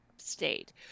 state